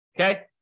Okay